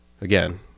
again